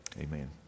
amen